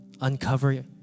uncover